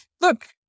look